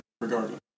regardless